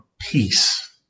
peace